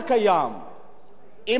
עם הקשיים הקיימים כרגע,